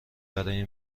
برای